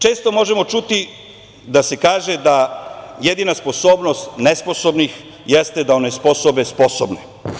Često možemo čuti da se kaže da jedina sposobnost nesposobnih jeste da onesposobe sposobne.